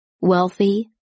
wealthy